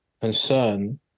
concern